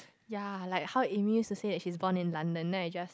ya like how Amy used to say that she's born in London then I just